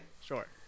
Sure